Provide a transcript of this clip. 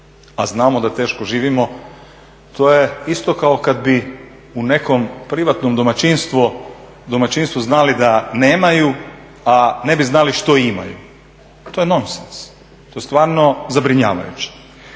a znamo da teško živimo. To je isto kao kada bi u nekom privatnom domaćinstvu znali da nemaju, a ne bi znali što imaju. To je nonsens to je stvarno zabrinjavajuće.